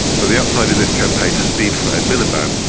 so the upside in this campaign has been for ed miliband,